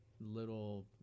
little